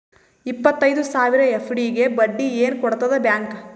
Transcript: ಇಪ್ಪತ್ತೈದು ಸಾವಿರ ಎಫ್.ಡಿ ಗೆ ಬಡ್ಡಿ ಏನ ಕೊಡತದ ಬ್ಯಾಂಕ್?